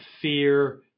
fear